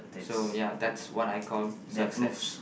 so ya that's what I call success